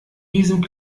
diesem